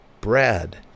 Brad